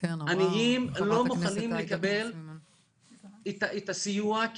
עניים לא מוכנים לקבל את הסיוע,